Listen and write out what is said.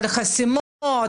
על חסימות,